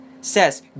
says